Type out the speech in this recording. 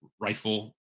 rifle